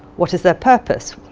what is their purpose.